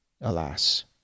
Alas